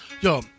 Yo